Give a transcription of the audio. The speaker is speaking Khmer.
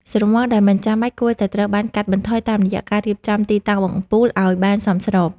ស្រមោលដែលមិនចាំបាច់គួរតែត្រូវបានកាត់បន្ថយតាមរយៈការរៀបចំទីតាំងអំពូលឱ្យបានសមស្រប។